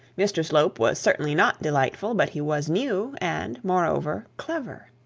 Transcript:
mr slope was certainly not delightful, but he was new, and, moreover, clever.